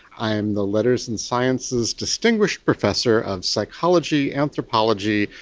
i am the letters and sciences distinguished professor of psychology, anthropology,